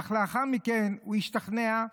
אך לאחר מכן הוא השתכנע,